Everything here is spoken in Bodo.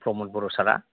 प्रमद बर' सारा